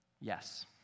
Yes